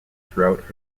throughout